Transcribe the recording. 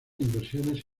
inversiones